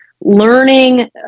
learning